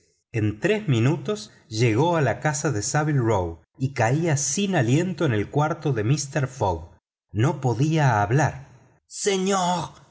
en tres minutos llegó a la casa de saville row y caía sin aliento en el cuarto de mister fogg señor